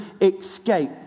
escape